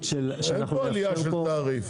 אין כאן עלייה של תעריפים.